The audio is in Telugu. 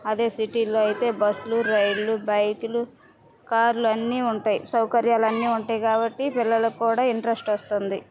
అదే సిటీల్లో అయితే బస్లు రైళ్ళు బైకులు కార్లు అన్ని ఉంటాయి సౌకర్యాలు అన్ని ఉంటాయి కాబట్టి పిల్లలకి కూడా ఇంట్రస్ట్ వస్తుంది